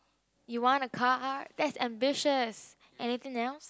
you want a car that is ambitious anything else